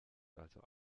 also